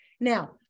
Now